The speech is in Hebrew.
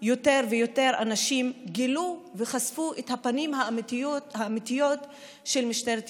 יותר ויותר אנשים גילו וחשפו את הפנים האמיתיות של משטרת ישראל.